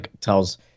tells